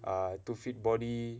err to fit body